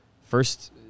first